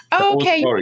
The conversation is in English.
okay